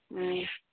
ꯎꯝ